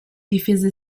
difese